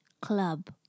club